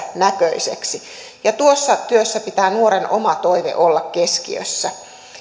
näköiseksi ja tuossa työssä pitää nuoren oman toiveen olla keskiössä